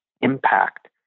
IMPACT